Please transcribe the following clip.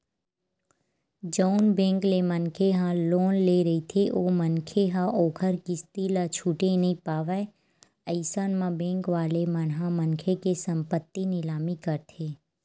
जउन बेंक ले मनखे ह लोन ले रहिथे ओ मनखे ह ओखर किस्ती ल छूटे नइ पावय अइसन म बेंक वाले मन ह मनखे के संपत्ति निलामी करथे